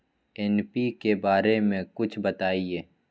NPK बारे म कुछ बताई?